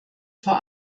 vor